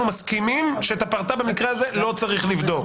אנחנו מסכימים שאת הפרטה במקרה הזה לא צריך לבדוק.